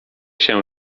się